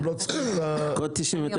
נעשה את